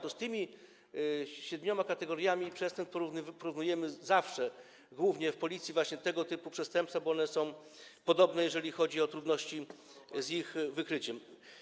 To z tymi siedmioma kategoriami przestępstw porównujemy zawsze, głównie w Policji, właśnie tego typu przestępstwa, bo one są podobne, jeżeli chodzi o trudności z ich wykryciem.